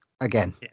again